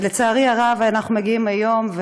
ולצערי הרב אנחנו מגיעים היום,